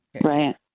Right